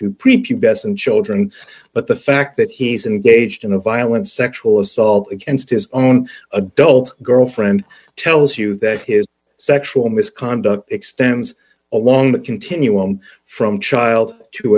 and children but the fact that he's engaged in a violent sexual d assault against his own adult girlfriend tells you that his sexual misconduct extends along the continuum from child to